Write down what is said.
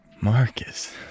Marcus